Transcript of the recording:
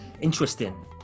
interesting